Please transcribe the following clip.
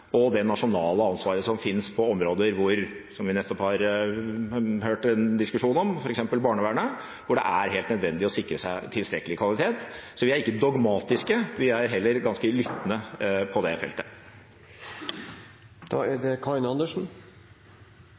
og det nasjonale ansvaret som finnes på områder hvor – som vi nettopp har hørt en diskusjon om, f.eks. barnevernet – det er helt nødvendig å sikre seg tilstrekkelig kvalitet. Så vi er ikke dogmatiske, vi er heller ganske lyttende på det